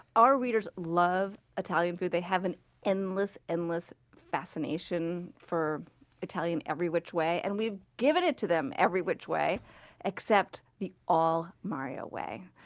our readers love italian food they have an endless endless fascination for italian every which way, and we've given it to them every which way except the all-mario way.